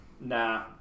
Nah